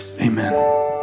Amen